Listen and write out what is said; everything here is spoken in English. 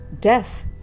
Death